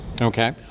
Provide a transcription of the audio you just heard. Okay